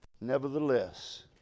Nevertheless